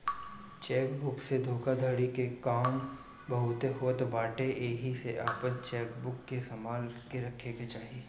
check book से धोखाधड़ी के काम बहुते होत बाटे एही से अपनी चेकबुक के संभाल के रखे के चाही